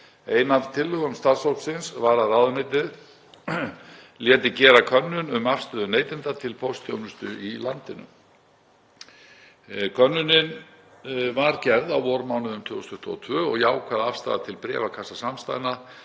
Ein af tillögum starfshópsins var að ráðuneytið léti gera könnun um afstöðu neytenda til póstþjónustu í landinu. Könnunin var gerð á vormánuðum 2022. Jákvæð afstaða til bréfakassasamstæðna